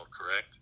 correct